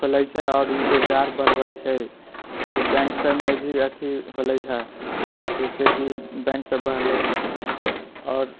खोलै छै आओर रोजगार बढ़बै छै आओर बैङ्क सबमे भी अथी होलै हँ जैसे की बैङ्क सब बढ़लै हँ आओर